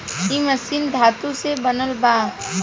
इ मशीन धातु से बनल बा